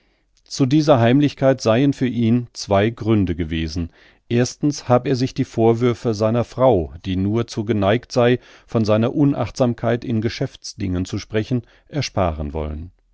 zu dieser heimlichkeit seien für ihn zwei gründe gewesen erstens hab er sich die vorwürfe seiner frau die nur zu geneigt sei von seiner unachtsamkeit in geschäftsdingen zu sprechen ersparen wollen